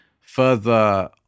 further